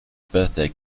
birthday